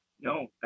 No